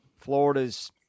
Florida's